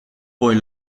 poi